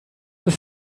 ist